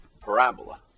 parabola